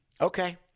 Okay